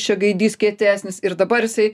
čia gaidys kietesnis ir dabar jisai